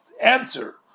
answer